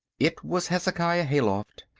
it was hezekiah hayloft.